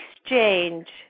exchange